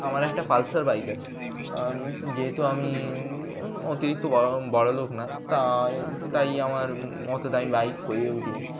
আমার একটা Pulsar bike আছে যেহেতু আমি অতিরিক্ত ব বড়লোক না তাই তাই আমার অত দামি বাইক হয়ে ওঠেনি